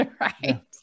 Right